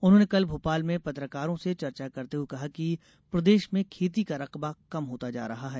उन्होंने कल भोपाल में पत्रकारों से चर्चा करते हुए कहा कि प्रदेश में खेती का रकबा कम होता जा रहा है